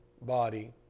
body